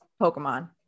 Pokemon